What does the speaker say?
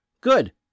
Good